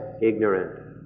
Ignorant